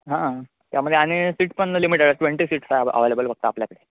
हां त्यामध्ये आणि सीट पण लिमिटेड आहे ट्वेंटी सीट्स अवेलेबल फक्त आपल्याकडे